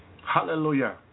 Hallelujah